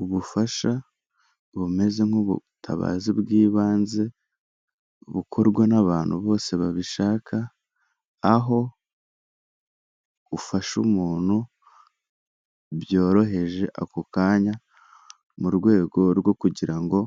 Ubufasha bumeze nk'ubutabazi bw'ibanze, bukorwa n'abantu bose babishaka, aho ufasha umuntu byoroheje ako kanya, mu rwego rwo kugira ngo